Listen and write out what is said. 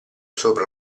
sopra